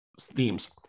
themes